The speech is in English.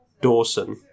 Dawson